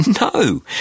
No